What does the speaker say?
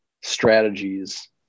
strategies